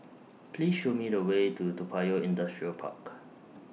Please Show Me The Way to Toa Payoh Industrial Park